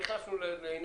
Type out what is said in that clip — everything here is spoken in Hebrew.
סגן החשב, בבקשה.